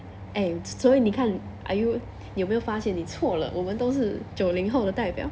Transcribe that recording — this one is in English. eh 除非你看 are you 有没有发现你错了我们都是九零后的代表